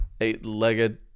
Eight-legged